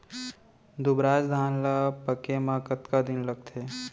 दुबराज धान ला पके मा कतका दिन लगथे?